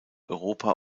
europa